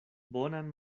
bonan